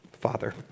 Father